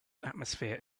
atmosphere